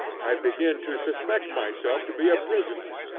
i begin to suspect myself to be a prisoner,